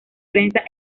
prensa